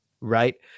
right